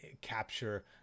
capture